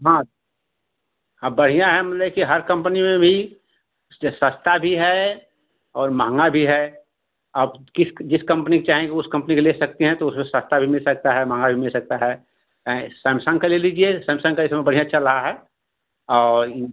हाँ हाँ बढ़ियां है मतलब कि हर कम्पनी में भी उससे सस्ता भी है और महँगा भी है अब किस जिस कम्पनी के चाहेंगी उस कम्पनी का ले सकती हैं तो उससे सस्ता भी मिल सकता है महँगा भी मिल सकता है चाहें सैमसंग का ले लीजिए सैमसंग का इस समय बढ़ियां चल रहा है और इन